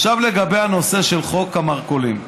עכשיו לגבי הנושא של חוק המרכולים,